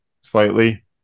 slightly